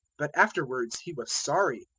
but afterwards he was sorry,